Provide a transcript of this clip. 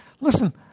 Listen